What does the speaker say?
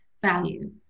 value